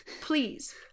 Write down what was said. Please